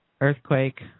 earthquake